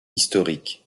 historique